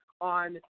On